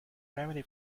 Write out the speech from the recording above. remedy